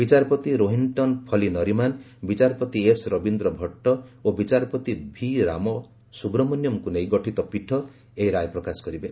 ବିଚାରପତି ରୋହିନଟନ୍ ଫଲି ନରିମାନ୍ ବିଚାରପତି ଏସ୍ ରବୀନ୍ଦ୍ର ଭଟ୍ଟ ଓ ବିଚାରପତି ଭିରାମସୁବ୍ରମଣ୍ୟନ୍ଙ୍କୁ ନେଇ ଗଠିତ ପୀଠ ଏହି ରାୟ ପ୍ରକାଶ କରିବେ